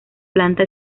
planta